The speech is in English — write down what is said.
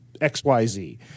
XYZ